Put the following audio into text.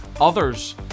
others